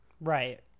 right